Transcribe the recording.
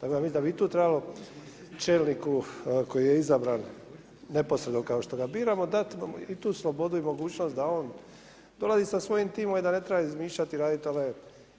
Tako da mislim da bi i tu trebalo čelniku koji je izabran neposredno kao što ga biramo dat mu i tu slobodu i mogućnost da on dolazi sa svojim timom i da ne treba izmišljat i radit one